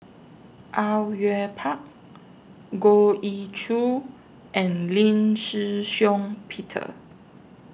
Au Yue Pak Goh Ee Choo and Lee Shih Shiong Peter